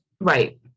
Right